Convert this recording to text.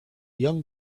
young